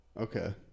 Okay